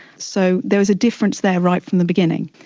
so there's a difference there right from the beginning.